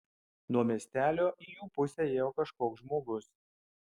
nuo miestelio į jų pusę ėjo kažkoks žmogus